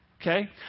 Okay